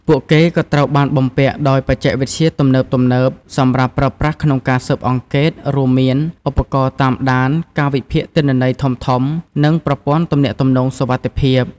ពួកគេក៏ត្រូវបានបំពាក់ដោយបច្ចេកវិទ្យាទំនើបៗ សម្រាប់ប្រើប្រាស់ក្នុងការស៊ើបអង្កេត រួមមានឧបករណ៍តាមដាន ការវិភាគទិន្នន័យធំៗ និងប្រព័ន្ធទំនាក់ទំនងសុវត្ថិភាព។